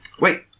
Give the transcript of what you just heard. Wait